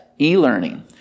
e-learning